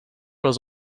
was